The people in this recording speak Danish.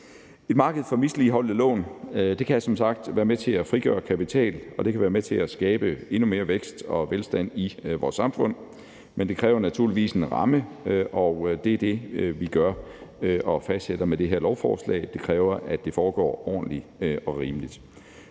Et marked for misligholdte lån kan som sagt være med til at frigøre kapital, og det kan være med til at skabe endnu mere vækst og velstand i vores samfund, men det kræver naturligvis en ramme, og det er den, vi fastsætter med det her lovforslag. Det kræver, at det foregår ordentligt og rimeligt.